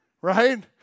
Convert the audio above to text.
right